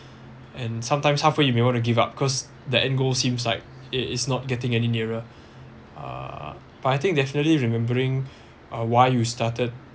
and sometimes halfway you may want to give up because that end goal seems like it is not getting any nearer uh but I think definitely remembering uh why you started